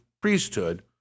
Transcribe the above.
priesthood